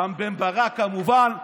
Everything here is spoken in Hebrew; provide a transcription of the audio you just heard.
רם בן ברק, כמובן.